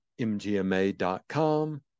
mgma.com